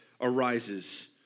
arises